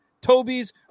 Toby's